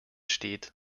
steht